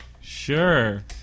Sure